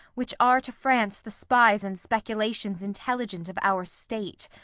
which are to france the spies and speculations intelligent of our state.